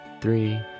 three